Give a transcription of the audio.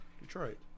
Detroit